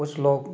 कुछ लोग